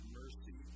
mercy